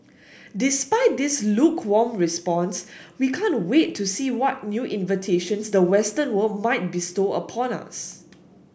despite this lukewarm response we can't wait to see what new inventions the western world might bestow upon us